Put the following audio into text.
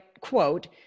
quote